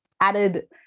added